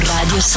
Radio